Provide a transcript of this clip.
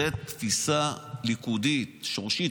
זאת תפיסה ליכודית שורשית,